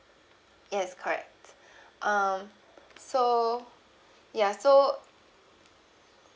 yes correct um so ya so